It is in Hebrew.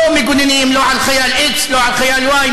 לא מגוננים לא על חייל x, לא על חייל y.